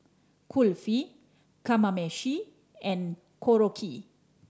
Kulfi Kamameshi and Korokke